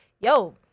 yo